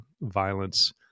violence